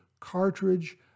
cartridge